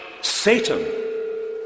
Satan